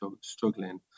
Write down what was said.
struggling